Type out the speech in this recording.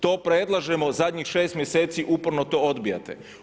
To predlažemo zadnjih šest mjeseci uporno to odbijate.